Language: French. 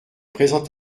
présent